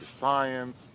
science